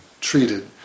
treated